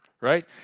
right